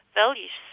values